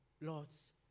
lords